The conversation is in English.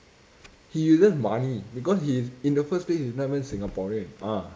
he uses money because he is in the first place he's not even singaporean ah